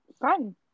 fun